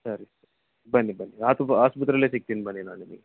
ಸರಿ ಸರಿ ಬನ್ನಿ ಬನ್ನಿ ಆಸ್ಪತ್ರೆಯಲ್ಲೆ ಸಿಗ್ತೀನಿ ಬನ್ನಿ ನಾನು ನಿಮಗೆ